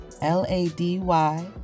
L-A-D-Y